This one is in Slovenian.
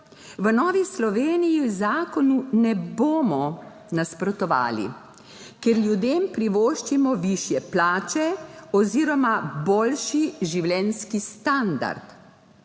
v Novi Sloveniji zakonu ne bomo nasprotovali, ker ljudem privoščimo višje plače oziroma boljši življenjski standard.